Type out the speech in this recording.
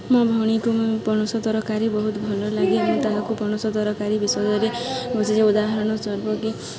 ମୋ ଭଉଣୀକୁ ପଣସ ତରକାରୀ ବହୁତ ଭଲ ଲାଗେ ମୁଁ ତାହାକୁ ପଣସ ତରକାରୀ ବିଷୟରେ ବସିି ଯେ ଉଦାହରଣ ସ୍ୱରୂପ କି